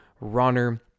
runner